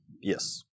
yes